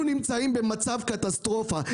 אנחנו נמצאים במצב קטסטרופלי.